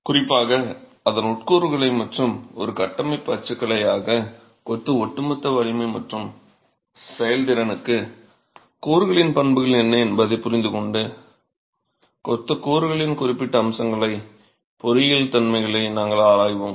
குறிப்பாக அதன் உட்கூறுகளை மற்றும் ஒரு கட்டமைப்பு அச்சுக்கலையாக கொத்து ஒட்டுமொத்த வலிமை மற்றும் செயல்திறனுக்கு கூறுகளின் பண்புகள் என்ன என்பதைப் புரிந்துகொண்டு கொத்து கூறுகளின் குறிப்பிட்ட அம்சங்களை பொறியியல் தன்மைகளை நாங்கள் ஆராய்வோம்